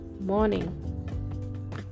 morning